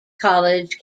college